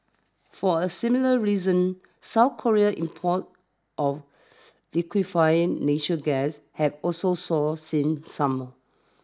for a similar reasons South Korea's imports of liquefied nature gas have also soared since summer